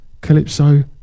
Calypso